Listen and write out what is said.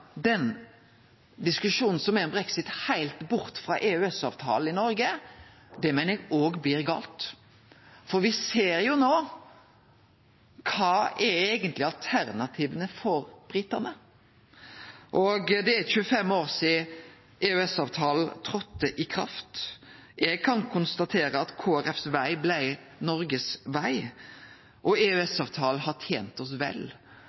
heilt bort frå EØS-avtalen i Noreg, meiner eg òg blir gale. For me ser jo no – kva er eigentleg alternativa for britane? Det er 25 år sidan EØS-avtalen trådde i kraft. Eg kan konstatere at Kristeleg Folkepartis veg blei Noregs veg, og EØS-avtalen har tent oss vel.